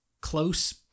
close-